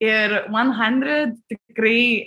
ir vuon handrid tikrai